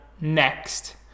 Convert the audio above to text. next